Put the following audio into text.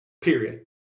Period